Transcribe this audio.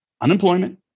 unemployment